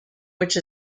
which